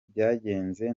byagenze